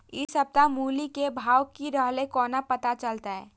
इ सप्ताह मूली के भाव की रहले कोना पता चलते?